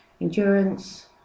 endurance